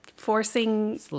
forcing